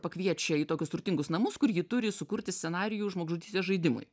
pakviečia į tokius turtingus namus kur ji turi sukurti scenarijų žmogžudystės žaidimui